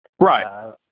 Right